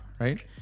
right